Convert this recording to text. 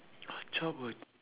childhood